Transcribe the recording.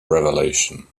revelation